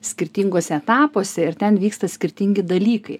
skirtinguose etapuose ir ten vyksta skirtingi dalykai